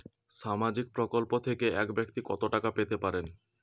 সামাজিক প্রকল্প থেকে এক ব্যাক্তি কত টাকা পেতে পারেন?